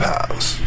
House